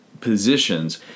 positions